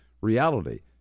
reality